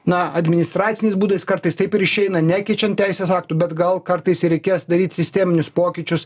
na administraciniais būdais kartais taip ir išeina nekeičiant teisės aktų bet gal kartais ir reikės daryt sisteminius pokyčius